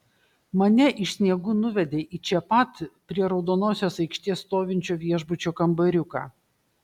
mane iš sniegų nuvedė į čia pat prie raudonosios aikštės stovinčio viešbučio kambariuką